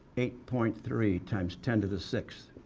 eight point three times ten to the sixth.